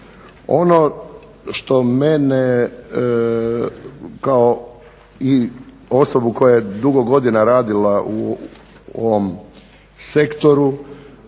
Ono što mene kao i osobu koja je dugo godina radila u ovom sektoru